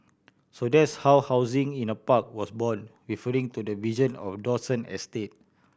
so that's how housing in a park was born referring to the vision of Dawson estate